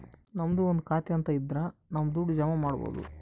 ನಮ್ದು ಒಂದು ಖಾತೆ ಅಂತ ಇದ್ರ ನಮ್ ದುಡ್ಡು ಜಮ ಮಾಡ್ಬೋದು